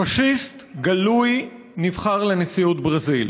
פאשיסט גלוי נבחר לנשיאות ברזיל.